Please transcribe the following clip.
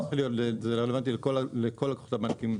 זה רלוונטי לכל לקוחות הבנקים,